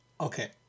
Okay